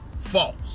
false